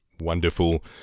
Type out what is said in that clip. Wonderful